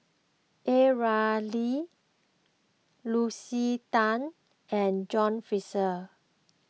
A Ramli Lucy Tan and John Fraser